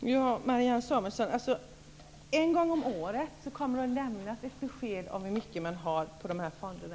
Fru talman! Marianne Samuelsson, en gång om året kommer besked att lämnas om hur mycket man har på de här fonderna.